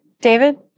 David